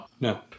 No